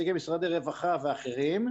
עם נציגי משרדי רווחה ואחרים,